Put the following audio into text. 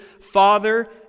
Father